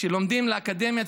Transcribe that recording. שלומדים באקדמיה,